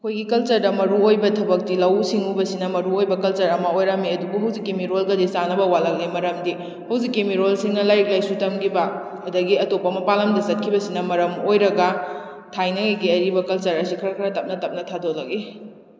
ꯑꯩꯈꯣꯏꯒꯤ ꯀꯜꯆꯔꯗ ꯃꯔꯨ ꯑꯣꯏꯕ ꯊꯕꯛꯇꯤ ꯂꯧꯎ ꯁꯤꯡꯉꯧꯕꯁꯤꯅ ꯃꯔꯨ ꯑꯣꯏꯕ ꯀꯜꯆꯔ ꯑꯃ ꯑꯣꯏꯔꯝꯃꯤ ꯑꯗꯨꯕꯨ ꯍꯧꯖꯤꯛꯀꯤ ꯃꯤꯔꯣꯜꯒꯗꯤ ꯆꯥꯟꯅꯕ ꯋꯥꯠꯂꯛꯂꯦ ꯃꯔꯝꯗꯤ ꯍꯧꯖꯤꯛꯀꯤ ꯃꯤꯔꯣꯜꯁꯤꯡꯅ ꯂꯥꯏꯔꯤꯛ ꯂꯥꯏꯁꯨ ꯇꯝꯈꯤꯕ ꯑꯗꯒꯤ ꯑꯇꯣꯞꯄ ꯃꯄꯥꯟ ꯂꯝꯗ ꯆꯠꯈꯤꯕꯁꯤꯅ ꯃꯔꯝ ꯑꯣꯏꯔꯒ ꯊꯥꯏꯅꯉꯩꯒꯤ ꯑꯔꯤꯕ ꯀꯜꯆꯔ ꯑꯁꯤ ꯈꯔ ꯈꯔ ꯇꯞꯅ ꯇꯞꯅ ꯊꯥꯗꯣꯂꯛꯂꯤ